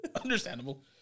understandable